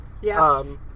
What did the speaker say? Yes